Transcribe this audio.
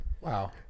Wow